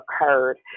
occurred